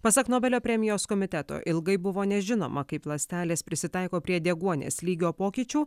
pasak nobelio premijos komiteto ilgai buvo nežinoma kaip ląstelės prisitaiko prie deguonies lygio pokyčių